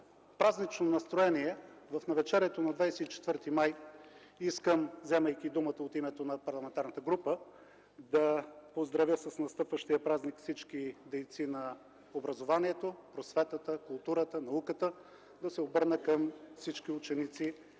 празнично настроение в навечерието на 24 май искам, вземайки думата от името на Парламентарната група на Коалиция за България, да поздравя с настъпващия празник всички дейци на образованието, просветата, културата и науката, да се обърна към всички ученици